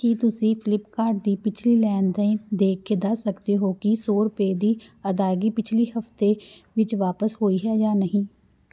ਕੀ ਤੁਸੀਂਂ ਫਲਿੱਪਕਾਰਟ ਦੀ ਪਿਛਲੀ ਲੈਣ ਦੇਣ ਦੇਖ ਕੇ ਦੱਸ ਸਕਦੇ ਹੋ ਕਿ ਸੌ ਰੁਪਏ ਦੀ ਅਦਾਇਗੀ ਪਿਛਲੇ ਹਫ਼ਤੇ ਵਿੱਚ ਵਾਪਸ ਹੋਈ ਹੈ ਜਾਂ ਨਹੀਂ